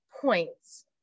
points